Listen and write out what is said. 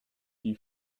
die